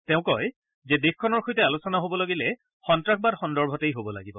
তেওঁ কয় যে দেশখনৰ সৈতে আলোচনা হ'ব লাগিলে সন্নাসবাদ সন্দৰ্ভতেই হ'ব লাগিব